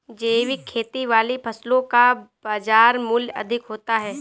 जैविक खेती वाली फसलों का बाज़ार मूल्य अधिक होता है